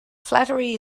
flattery